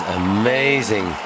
amazing